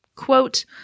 Quote